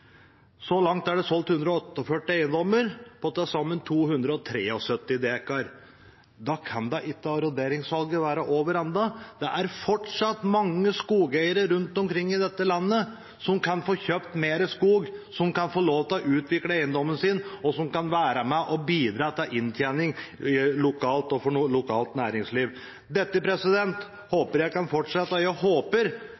Så langt er det solgt 148 eiendommer på til sammen 273 dekar. Da kan da ikke arronderingssalget være over ennå. Det er fortsatt mange skogeiere rundt omkring i dette landet som kan få kjøpt mer skog, som kan få lov til å utvikle eiendommene sine, og som kan være med og bidra til inntjening lokalt og for lokalt næringsliv. Dette håper jeg kan fortsette, og jeg håper